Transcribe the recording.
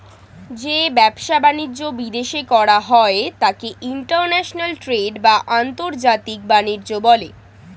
যে ব্যবসা বাণিজ্য বিদেশে করা হয় তাকে ইন্টারন্যাশনাল ট্রেড বা আন্তর্জাতিক বাণিজ্য বলে